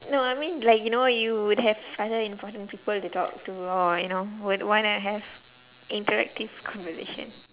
no I mean like you know you would have other important people to talk to or you know would wanna have interactive conversation